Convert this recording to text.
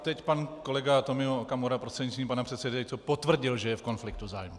Teď pan kolega Tomio Okamura prostřednictvím pana předsedajícího potvrdil, že je v konfliktu zájmů.